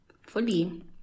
Fully